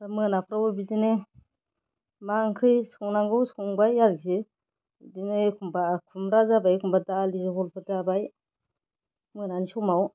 मोनाफोरावबो बिदिनो मा ओंख्रि संनांगौ संबाय आरोखि बिदिनो एख'म्बा खुम्ब्रा जाबाय एख'म्बा दालि जह'लफोर जाबाय मोनानि समाव